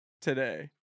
today